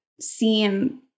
seem